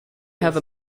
have